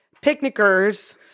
picnickers